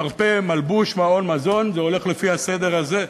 מרפא, מלבוש, מעון, מזון, זה הולך לפי הסדר הזה.